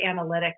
analytics